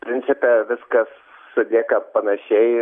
principe viskas sudėta panašiai